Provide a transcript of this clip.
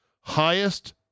Highest